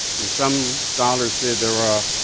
some scholars say there were